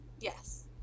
yes